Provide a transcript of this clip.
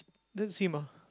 didn't see mah